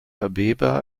abeba